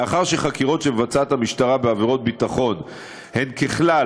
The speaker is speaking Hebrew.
מאחר שחקירות שמבצעת המשטרה בעבירות ביטחון ככלל